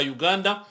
Uganda